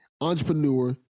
entrepreneur